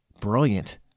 brilliant